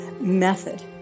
method